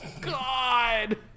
God